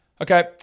Okay